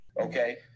Okay